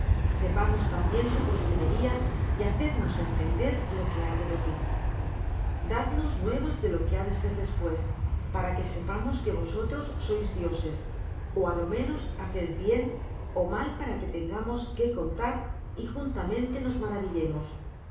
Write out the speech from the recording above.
sepamos también su postrimería y hacednos entender lo que ha de venir dadnos nuevas de lo que ha de ser después para que sepamos que vosotros sois dioses ó á lo menos haced bien ó mal para que tengamos qué contar y juntamente nos maravillemos